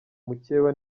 mukeba